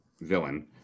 villain